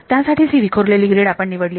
त्यासाठीच ही विखुरलेली ग्रीड आपण निवडली आहे